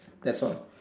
that's why